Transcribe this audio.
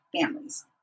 families